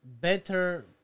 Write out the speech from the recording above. better